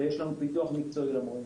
ויש לנו פיתוח מקצועי למורים.